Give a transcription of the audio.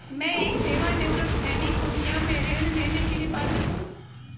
मैं एक सेवानिवृत्त सैनिक हूँ क्या मैं ऋण लेने के लिए पात्र हूँ?